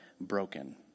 broken